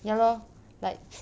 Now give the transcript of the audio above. ya lor like